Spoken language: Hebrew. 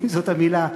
זאת המילה,